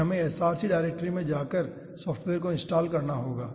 फिर हमें src directory में जाकर सॉफ्टवेयर को इंस्टॉल करना होगा